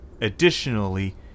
Additionally